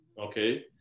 okay